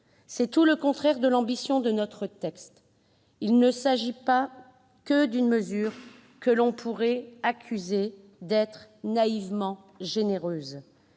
c'est tout le contraire de l'ambition de notre texte. Il ne s'agit pas ici d'une mesure que l'on pourrait accuser d'être naïvement généreuse,